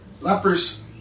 Lepers